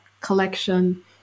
collection